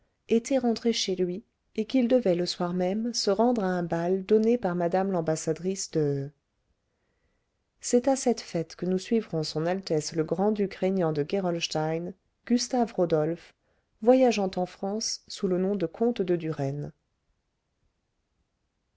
était rentré chez lui et qu'il devait le soir même se rendre à un bal donné par mme l'ambassadrice de c'est à cette fête que nous suivrons son altesse le grand-duc régnant de gerolstein gustave rodolphe voyageant en france sous le nom de comte de duren